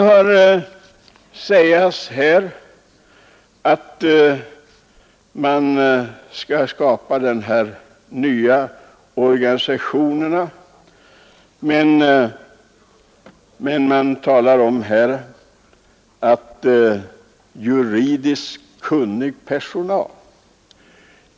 Det sägs här att man skall skapa denna nya organisation, och man talar om juridiskt kunnig personal.